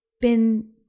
been-